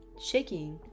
Shaking